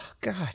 God